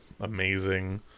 amazing